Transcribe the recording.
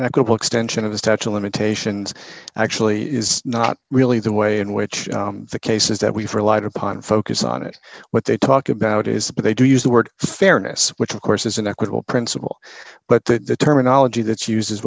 of extension of the statue of limitations actually is not really the way in which the cases that we've relied upon focus on it what they talk about is they do use the word fairness which of course is an equitable principle but that the terminology that uses